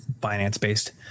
finance-based